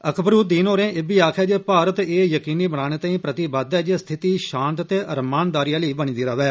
अकबरुदीन होरें इब्बी आक्खेया जे भारत ए यकीनी बनाने तांई प्रतिबद्ध ऐ जे स्थिति शांत ते रमानदारी आली बनी दी रवै